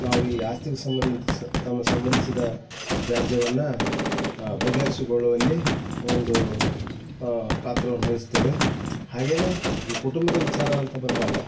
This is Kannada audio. ನಾವು ಈ ಆಸ್ತಿಗೆ ಸಂಬಂಧಿಸಿದ ವ್ಯಾಜ್ಯವನ್ನು ಬಗೆಹರ್ಸಿಕೊಳ್ಳುವಲ್ಲಿ ಒಂದು ಪಾತ್ರವನ್ನು ವಹಿಸ್ತೇವೆ ಹಾಗೇ ಈ ಕುಟುಂಬದ ವಿಚಾರ ಅಂತ ಬಂದಾಗ